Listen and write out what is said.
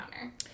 Counter